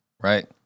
Right